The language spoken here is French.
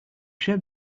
chef